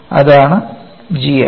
അതാണ് g x